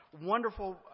wonderful